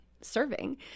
serving